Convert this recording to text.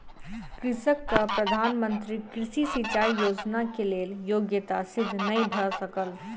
कृषकक प्रधान मंत्री कृषि सिचाई योजना के लेल योग्यता सिद्ध नै भ सकल